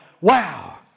Wow